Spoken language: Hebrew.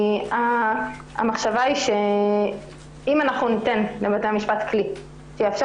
המחשבה היא שאם ניתן לבתי המשפט כלי שיאפשר